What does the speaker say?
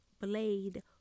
blade